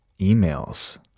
emails